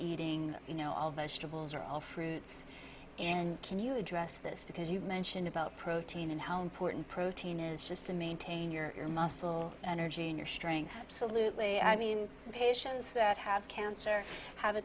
eating you know all vegetables or all fruits and can you address this because you mentioned about protein and how important protein is just to maintain your your muscle energy in your strength salut lee i mean patients that have cancer have a